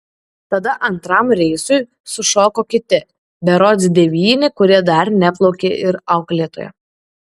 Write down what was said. tada antram reisui sušoko kiti berods devyni kurie dar neplaukė ir auklėtoja